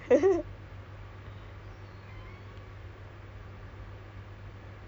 I I have to admit ah because down here there's a lot of crime that